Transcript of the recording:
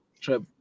trip